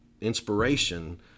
inspiration